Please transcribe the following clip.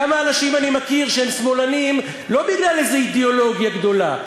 כמה אנשים אני מכיר שהם שמאלנים לא בגלל איזו אידיאולוגיה גדולה,